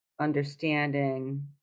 understanding